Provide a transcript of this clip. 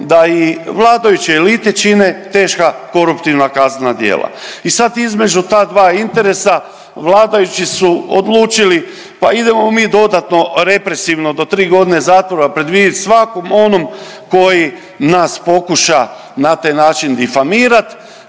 da i vladajuće elite čine teška koruptivna kaznena djela. I sad između ta dva interesa vladajući su odlučili pa idemo mi dodatno represivno do tri godine zatvora predvidjeti svakom onom koji nas pokuša na taj način difamirat,